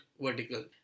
vertical